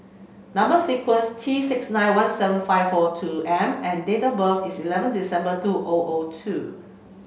number sequence T six nine one seven five four two M and date of birth is eleven December two O O two